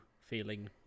feeling